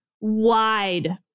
wide